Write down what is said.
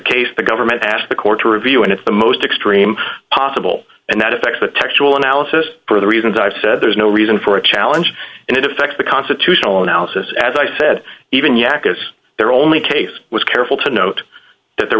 case the government asked the court to review and it's the most extreme possible and that affects the textual analysis for the reasons i've said there's no reason for a challenge and it effects the constitutional analysis as i said even yack is their only case was careful to note that there